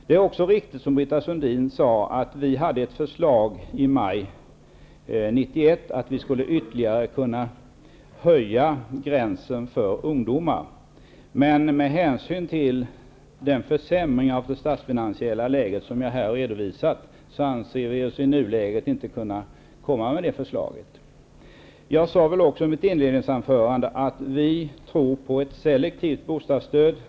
Det är också riktigt, precis som Britta Sundin sade, att vi i maj 1991 hade ett förslag om att ytterligare höja bostadskostnadsgränsen för ungdomar. Med hänsyn till den försämring av det statsfinansiella läge som jag här har redovisat anser vi oss i nuläget inte kunna lägga fram detta förslag. I mitt inledningsanförande sade jag också att vi i Centern tror på ett selektivt bostadsstöd.